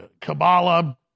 Kabbalah